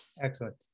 excellent